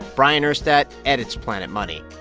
bryant urstadt edits planet money.